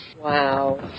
Wow